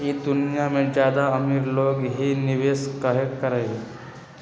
ई दुनिया में ज्यादा अमीर लोग ही निवेस काहे करई?